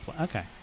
Okay